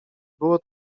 było